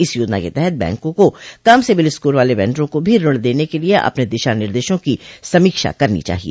इस योजना के तहत बैंकों को कम सिबिल स्कोोर वाले वेंडरों को भी ऋण देने के लिए अपने दिशा निर्देशों की समीक्षा करनी चाहिए